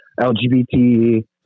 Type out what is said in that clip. LGBT